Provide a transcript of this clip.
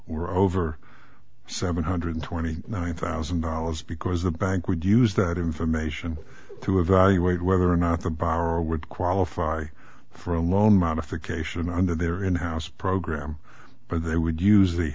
were over seven hundred twenty nine thousand dollars because the bank would use that information to evaluate whether or not the bar would qualify for a loan modification under their in house program where they would use the